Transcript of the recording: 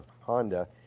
Honda